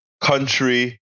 country